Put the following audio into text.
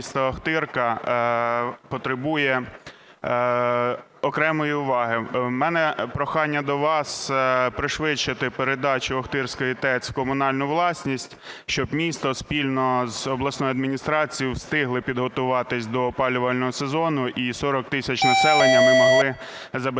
місто Охтирка потребує окремої уваги. У мене прохання до вас пришвидшити передачу Охтирської ТЕЦ у комунальну власність. Щоб місто спільно з обласною адміністрацією встигли підготуватись до опалювального сезону, і 40 тисяч населення ми могли забезпечити